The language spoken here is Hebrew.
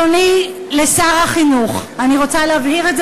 אדוני, לשר החינוך, אני רוצה להבהיר את זה